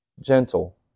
gentle